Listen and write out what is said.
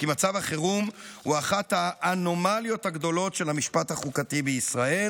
הוא אחת האנומליות הגדולות של המשפט החוקתי בישראל,